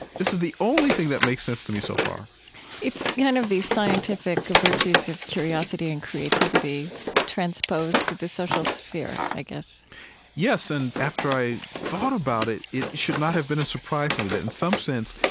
this is the only thing that makes sense to me so far it's kind of these scientific virtues of curiosity and creativity transposed to the social sphere, i guess yes, and after i thought about it, it should not have been a surprise to me that, in some sense,